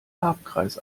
farbkreis